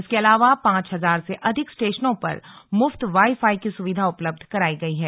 इसके अलावा पांच हजार से अधिक स्टेशनों पर मुफ्त वाई फाई की सुविधा उपलब्धं करायी गई है